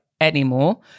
anymore